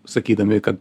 sakydami kad